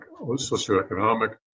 socioeconomic